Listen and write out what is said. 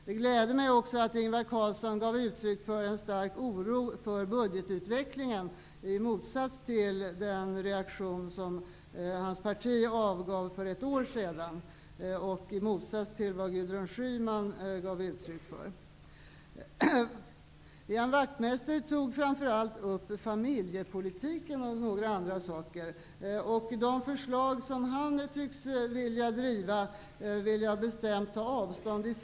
Det gläder mig också att Ingvar Carlsson gav uttryck för en stark oro för budgetutvecklingen i motsats till den reaktion som hans parti avgav för ett år sedan och i motsats till vad Gudrun Schyman gav uttryck för. Ian Wachtmeister tog framför allt upp familjepolitiken. De förslag som han tycks vilja driva vill jag bestämt ta avstånd ifrån.